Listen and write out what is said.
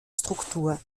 struktur